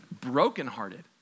brokenhearted